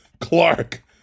Clark